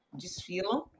desfilam